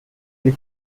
will